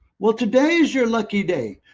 well, today is your lucky day.